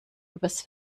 übers